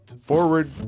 forward